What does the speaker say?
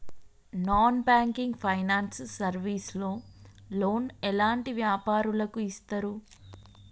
Non banking finance service లో loan ఎలాంటి వ్యాపారులకు ఇస్తరు?